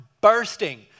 bursting